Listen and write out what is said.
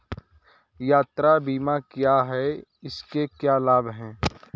यात्रा बीमा क्या है इसके क्या लाभ हैं?